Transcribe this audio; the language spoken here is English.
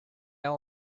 all